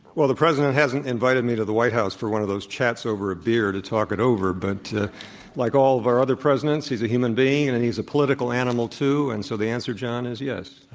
well, the president hasn't invited me to the white house for one of those chats over a beer to talk it over, but like all of our other presidents, he's a human being, and and he's a political annual too, and so the answer, john, is yes.